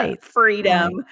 freedom